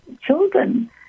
children